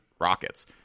rockets